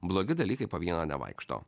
blogi dalykai po vieną nevaikšto